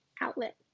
outlet